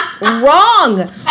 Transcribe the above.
wrong